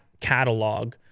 catalog